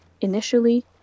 Initially